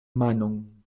manon